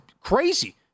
crazy